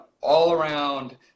all-around